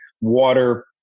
water